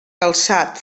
calçat